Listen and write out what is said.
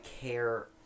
care